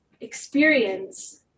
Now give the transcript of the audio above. experience